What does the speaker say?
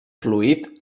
fluid